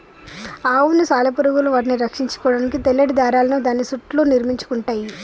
అవును సాలెపురుగులు వాటిని రక్షించుకోడానికి తెల్లటి దారాలను దాని సుట్టూ నిర్మించుకుంటయ్యి